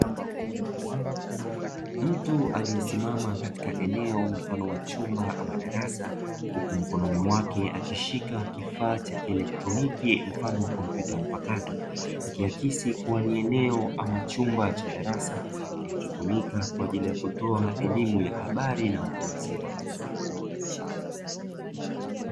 Mtu aliyesimama katika eneo la chumba mfano wa darasa huku mkononi mwake akishika kifaaa cha kieleketroniki mfano wa kompyuta mpakato. Ikiakisi kuwa ni eneo ama chumba cha darasa kinachotumika kwa ajili ya kutoa elimu ya habari na watu wazima.